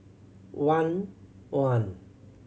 one one